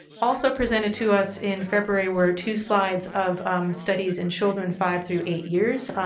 also presented to us in february were two slides of studies in children five through eight years.